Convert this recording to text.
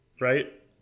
Right